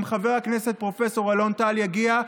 גם חבר הכנסת פרופ' אלון טל יגיע.